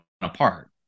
apart